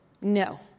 no